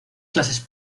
clases